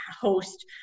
host